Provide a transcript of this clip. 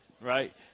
right